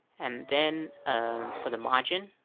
and then for the margin,